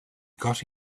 got